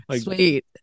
sweet